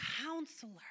Counselor